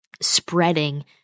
spreading